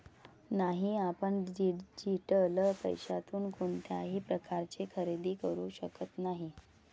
नाही, आपण डिजिटल पैशातून कोणत्याही प्रकारचे खरेदी करू शकत नाही